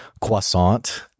croissant